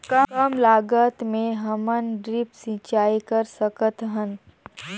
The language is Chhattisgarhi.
कम लागत मे हमन ड्रिप सिंचाई कर सकत हन?